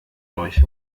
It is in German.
euch